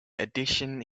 addition